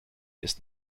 ist